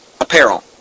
apparel